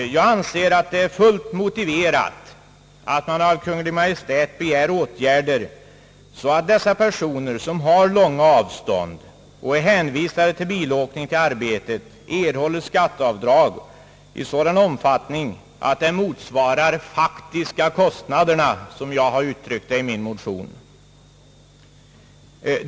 Jag anser att det är fullt motiverat att man av Kungl. Maj:t begär åtgärder så att dessa personer, som har långa avstånd och är hänvisade till bilåkning till arbetet, erhåller skatteavdrag i sådan omfattning att det motsvarar de faktiska kostnaderna — som jag har uttryckt det i min motion.